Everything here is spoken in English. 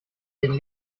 been